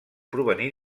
provenir